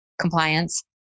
compliance